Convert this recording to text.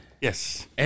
Yes